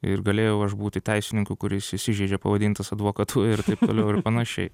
ir galėjau aš būti teisininku kuris įsižeidžia pavadintas advokatu ir taip toliau ir panašiai